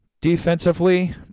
defensively